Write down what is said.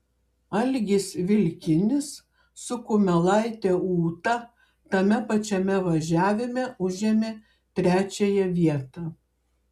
algis vilkinis su kumelaite ūta tame pačiame važiavime užėmė trečiąją vietą